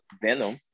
Venom